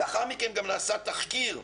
לאחר מכן נעשה תחקיר,